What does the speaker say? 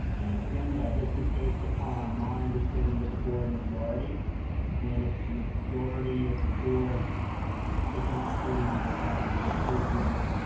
again, though this is based upon my understanding of the board majority and if the majority of the board does not believe that that is an appropriate